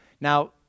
Now